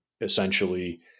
essentially